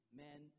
men